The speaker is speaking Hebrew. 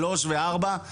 שלוש וארבע.